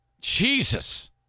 Jesus